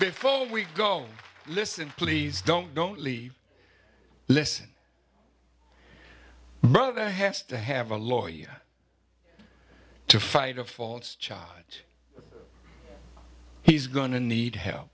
before we go listen please don't don't leave listen brother has to have a lawyer to fight a false charge he's going to need help